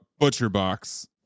ButcherBox